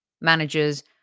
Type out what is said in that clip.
managers